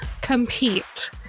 compete